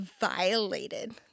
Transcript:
violated